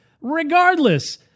regardless